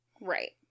right